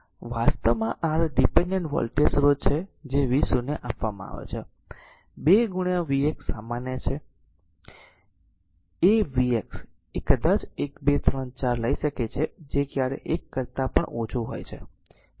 આ તે વાસ્તવમાં r ડીપેન્ડેન્ટ વોલ્ટેજ સ્રોત છે v 0 આપવામાં આવે છે 2 v x સામાન્ય છે a v x એ કદાચ 1 2 3 4 લઈ શકે છે જે ક્યારેય 1 કરતા પણ ઓછું હોય છે